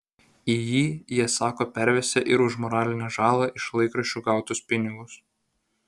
į jį jie sako pervesią ir už moralinę žalą iš laikraščių gautus pinigus